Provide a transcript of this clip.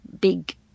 big